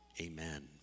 amen